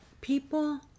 people